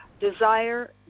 desire